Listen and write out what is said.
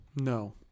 No